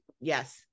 yes